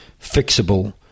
fixable